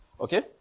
Okay